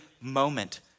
moment